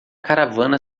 caravana